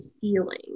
feeling